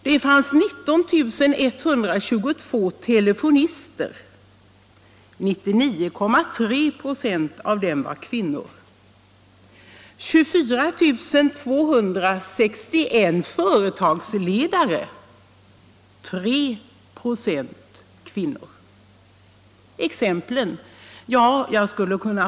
Det fanns 19 122 telefonister — 99,3 96 av dem var kvinnor. Det fanns 24 261 företagsledare — 3,75 96 var kvinnor.